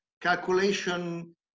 calculation